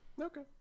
Okay